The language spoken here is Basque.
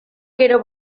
gero